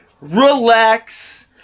relax